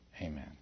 Amen